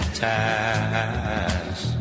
ties